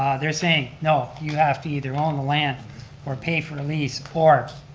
they're saying, no, you have to either own the land or pay for a lease, or,